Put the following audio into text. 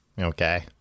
Okay